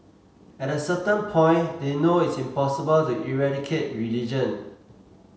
at a certain point they know it's impossible to eradicate religion